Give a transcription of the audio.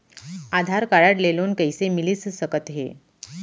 आधार card ले loan कइसे मिलिस सकत हे?